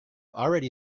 already